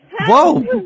Whoa